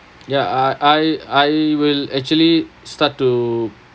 ya I I I will actually start to